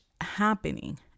happening